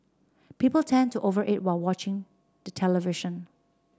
people tend to over eat while watching the television